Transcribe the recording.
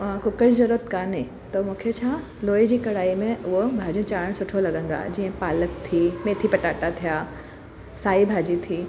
अ cooker जी जरूरत कोन्हे त मूंखे छा लोहे जी कढ़ाई में उओ भाॼी चाढ़नि सुठो लॻंदो आहे जीअं पालक थी मेथी पटाटा थिया साई भाॼी थी